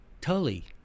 Tully